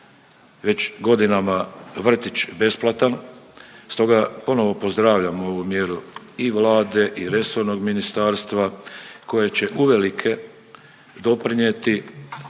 već godinama vrtić besplatan. Stoga ponovno pozdravljam ovu mjeru i Vlade i resornog ministarstva koje će uvelike doprinijeti